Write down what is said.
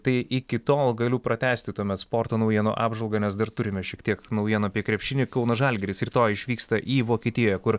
tai iki tol galiu pratęsti tuomet sporto naujienų apžvalgą nes dar turime šiek tiek naujienų apie krepšinį kauno žalgiris rytoj išvyksta į vokietiją kur